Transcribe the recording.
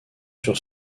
sur